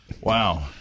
Wow